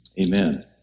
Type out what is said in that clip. Amen